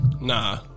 Nah